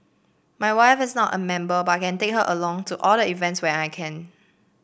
my wife is not a member but can take her along to all the events when I can